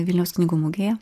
vilniaus knygų mugėje